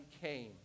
came